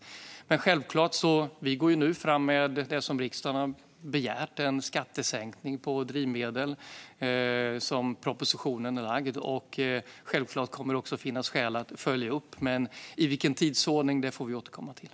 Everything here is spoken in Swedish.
Självklart går vi nu fram med det riksdagen har begärt, nämligen en skattesänkning på drivmedel. Propositionen har lagts fram. Självklart kommer det också att finnas skäl att följa upp, men i vilken tidsordning det sker får vi återkomma till.